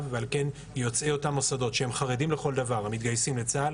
ועל כן להוציא אותם מוסדות שהם חרדים לכל דבר ומתגייסים לצה"ל